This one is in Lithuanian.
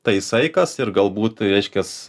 tai saikas ir galbūt reiškias